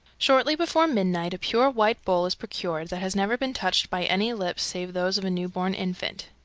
shortly before midnight a pure white bowl is procured, that has never been touched by any lips save those of a new-born infant.